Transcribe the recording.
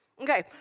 Okay